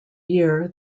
year